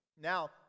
Now